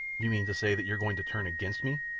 you mean to say that you're going to turn against me?